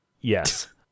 yes